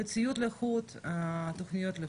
מציאות לחוד, תכניות לחוד.